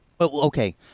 okay